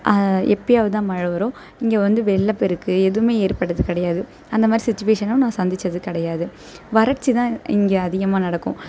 எப்போயாவுது தான் மழை வரும் இங்கே வந்து வெள்ளப்பெருக்கு எதுவும் ஏற்படுவது கிடையாது அந்த மாதிரி சுச்சுவேஸனும் நான் சந்திச்சது கிடையாது வறட்சி தான் இங்கே அதிகமாக நடக்கும்